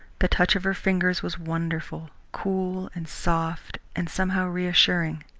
the touch of her fingers was wonderful, cool and soft and somehow reassuring.